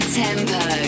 tempo